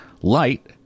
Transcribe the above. Light